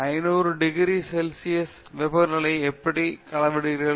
500 degree centigrade °C வெப்பநிலையை எப்படி அளவிடுகிறீர்கள்